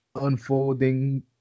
unfolding